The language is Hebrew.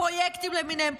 פרויקטים למיניהם,